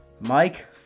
Mike